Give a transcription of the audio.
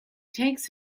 takes